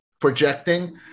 projecting